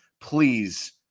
please